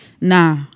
Nah